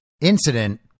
incident